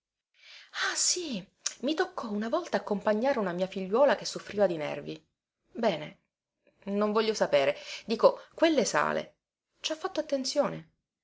ah sì mi toccò una volta accompagnare una mia figliuola che soffriva di nervi bene non voglio sapere dico quelle sale ci ha fatto attenzione